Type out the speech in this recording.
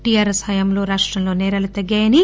TRS హయాంలో రాష్టంలో నేరాలు తగ్గాయన్నారు